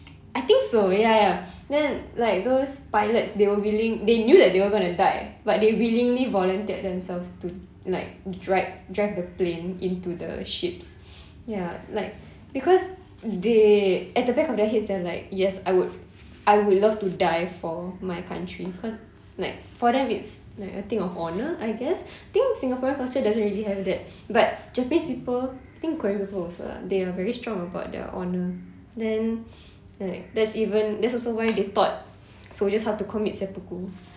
I think so ya ya then like those pilots they were willing they knew that they were gonna die but they willingly volunteered themselves to like drive drive the plane into the ships ya like because they at the back of the heads they're like yes I would I would love to die for my country cause like for them it's like I think of honour I guess I think singaporean culture doesn't really have that but japanese people I think korean people also ah they are very strong about their honour then like that's even that's also why they taught soldiers how to commit seppuku